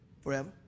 Forever